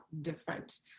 different